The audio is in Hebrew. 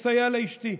מסייע לאשתי,